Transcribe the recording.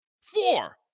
Four